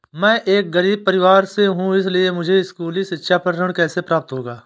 मैं एक गरीब परिवार से हूं इसलिए मुझे स्कूली शिक्षा पर ऋण कैसे प्राप्त होगा?